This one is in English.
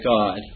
God